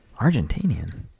argentinian